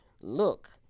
look